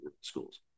schools